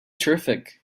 terrific